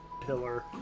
pillar